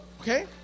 Okay